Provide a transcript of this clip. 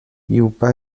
juba